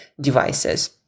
devices